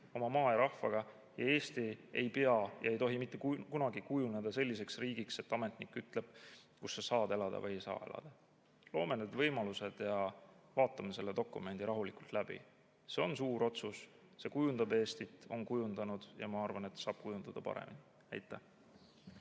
oma maa ja rahvaga. Eesti ei pea saama ega tohi mitte kunagi kujuneda selliseks riigiks, kus ametnik ütleb, kus sa saad elada ja kus ei saa elada. Loome need võimalused ja vaatame selle dokumendi rahulikult läbi! See on suur otsus, see kujundab Eestit, on kujundanud ja ma arvan, et saab kujundada paremini. Aitäh!